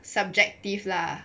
subjective lah